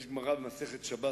יש גמרא במסכת שבת.